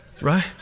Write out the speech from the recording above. right